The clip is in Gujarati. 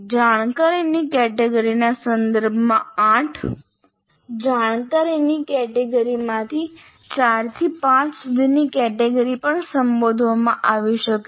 જાણકારીની કેટેગરીના સંદર્ભમાં 8 જાણકારીની કેટેગરીમાંથી 4 5 સુધીની કેટેગરી પણ સંબોધવામાં આવી શકે છે